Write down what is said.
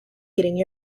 getting